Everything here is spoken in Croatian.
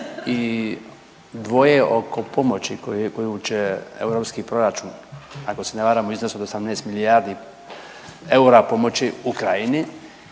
i dvoje oko pomoći koju će europski proračun ako se ne varam u iznosu od 18 milijardi eura pomoći Ukrajini